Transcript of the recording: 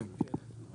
כן.